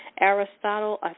Aristotle